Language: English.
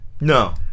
No